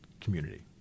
community